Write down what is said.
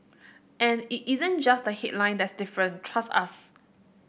and it isn't just the headline that's different trust us